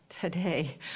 today